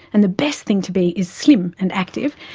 and the best thing to be is slim and active,